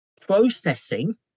processing